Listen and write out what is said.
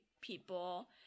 people